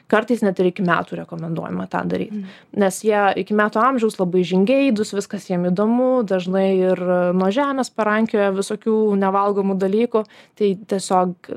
kartais net ir iki metų rekomenduojama tą daryt nes jie iki metų amžiaus labai žingeidūs viskas jiem įdomu dažnai ir nuo žemės parankioja visokių nevalgomų dalykų tai tiesiog